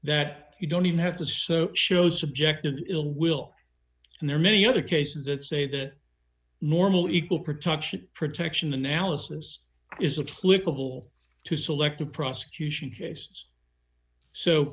that you don't even have to so show subjective ill will and there are many other cases that say that normal equal protection protection analysis is a clip of will to select the prosecution case so